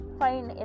fine